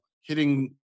hitting